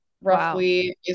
roughly